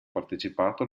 partecipato